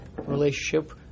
Relationship